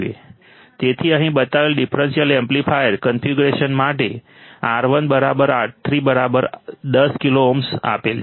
તેથી અહીં બતાવેલ ડિફરન્શિયલ એમ્પ્લીફાયર કન્ફિગ્યુરેશન માટે R1 R3 10 કિલો ઓહ્મ આપેલ છે